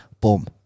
boom